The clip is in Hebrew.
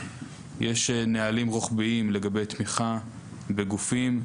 יש נהלים רוחביים לגבי תמיכה בגופים,